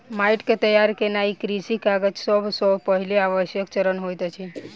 माइट के तैयार केनाई कृषि काजक सब सॅ पहिल आवश्यक चरण होइत अछि